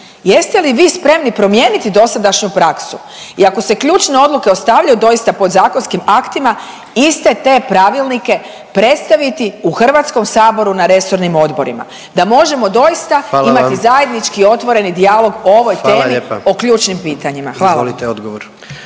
jeste li vi spremni promijeniti dosadašnju praksu i ako se ključne odluke ostavljaju doista podzakonskim aktima iste te pravilnike predstaviti u Hrvatskom saboru na resornim odborima da možemo doista …/Upadica: Hvala vam./… imati zajednički otvoreni dijalog o ovoj temi …/Upadica: Hvala